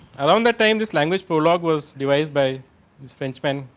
along that time this language for log was device by is french pan.